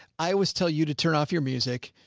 i always tell you to turn off your music.